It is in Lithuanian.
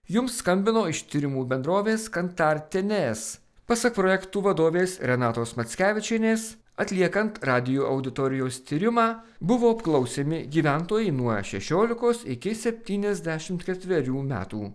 jums skambino iš tyrimų bendrovės kantartinės pasak projektų vadovės renatos mackevičienės atliekant radijo auditorijos tyrimą buvo apklausiami gyventojai nuo šešiolikos iki septyniasdešimt ketverių metų